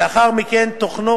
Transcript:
ולאחר מכן תוכנו